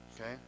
okay